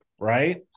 right